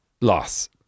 loss